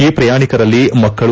ಈ ಪ್ರಯಾಣಿಕರಲ್ಲಿ ಮಕ್ಕಳು